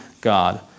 God